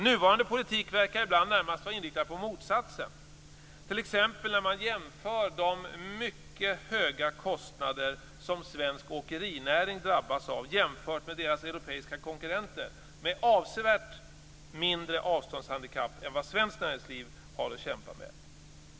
Nuvarande politik verkar ibland närmast vara inriktad på motsatsen, t.ex. när man jämför de mycket höga kostnader som svensk åkerinäring drabbas av jämfört med deras europeiska konkurrenter, med avsevärt mindre avståndshandikapp än vad svenskt näringsliv har att kämpa med.